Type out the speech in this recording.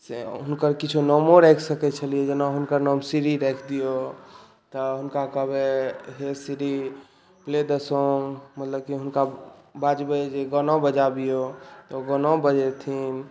से हुनकर किछो नामो राखि सकै छलियै जेना हुनकर नाम श्री राखि दियौ तऽ हुनका कहबै हे श्री प्ले दऽ सॉन्ग मतलब कि हुनका बाजबै जे गाना बजाबियौ तऽ ओ गानो बजेथिन